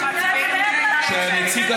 איך זה עוזר לנו